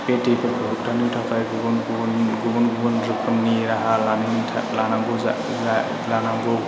बे दैफोरखौ होबथानो थाखाय गुबुन गुबुन गुबुन गुबुन रोखोमनि राहा लानायनि लानांगौ जानानै